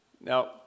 Now